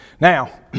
Now